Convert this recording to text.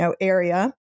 area